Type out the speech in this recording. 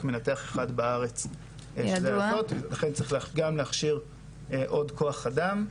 מנתח אחד בארץ ולכן צריך גם להכשיר עוד כוח אדם.